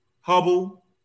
Hubble